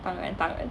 当然当然